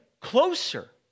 closer